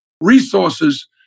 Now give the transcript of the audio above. resources